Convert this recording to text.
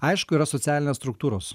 aišku yra socialinės struktūros